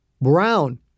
Brown